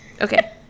Okay